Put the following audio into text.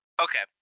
Okay